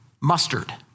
mustard